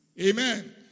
Amen